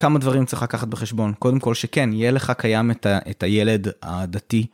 כמה דברים צריך לקחת בחשבון, קודם כל שכן יהיה לך קיים את את הילד הדתי